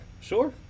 sure